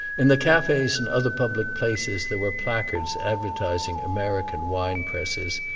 in the cafes and other public places there were placards advertising american wine-presses,